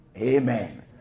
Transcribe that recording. Amen